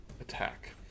attack